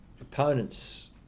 opponents